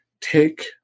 take